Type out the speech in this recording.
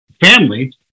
family